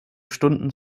stunden